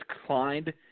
declined